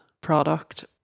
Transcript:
product